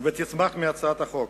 שתצמח מהצעת החוק.